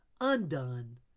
undone